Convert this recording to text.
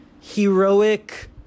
heroic